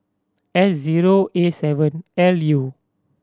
S zero A seven L U